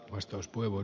arvoisa puhemies